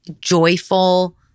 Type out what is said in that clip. joyful